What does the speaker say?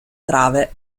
trave